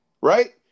right